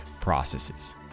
processes